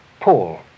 Paul